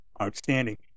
outstanding